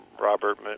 Robert